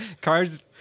Cars